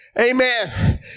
Amen